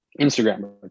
Instagram